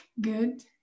good